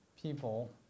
people